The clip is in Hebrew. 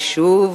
ושוב,